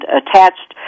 attached